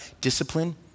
discipline